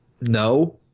No